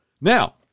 Now